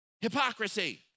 hypocrisy